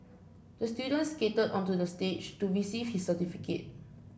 the student skated onto the stage to receive his certificate